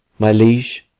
my liege,